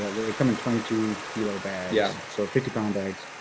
ah they come in twenty two kilo bags. yeah. so fifty pound bags,